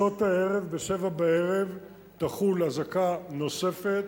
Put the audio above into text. בשעות הערב, ב-19:00, תחול אזעקה נוספת.